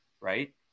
right